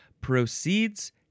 proceeds